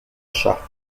char